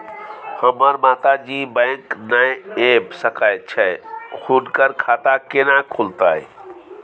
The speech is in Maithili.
हमर माता जी बैंक नय ऐब सकै छै हुनकर खाता केना खूलतै?